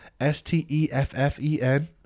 S-T-E-F-F-E-N